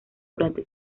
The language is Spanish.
durante